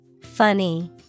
Funny